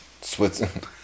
Switzerland